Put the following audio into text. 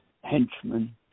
henchmen